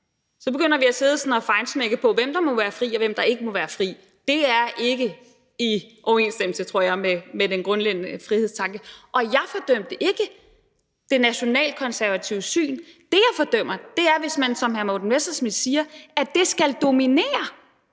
Så begynder vi at sidde sådan og være feinschmeckere, med hensyn til hvem der må være fri, og hvem der ikke må være fri. Det er ikke i overensstemmelse, tror jeg, med den grundlæggende frihedstanke. Og jeg fordømte ikke det nationalkonservative syn. Det, jeg fordømmer, er, hvis man som hr. Morten Messerschmidt siger, at det skal dominere,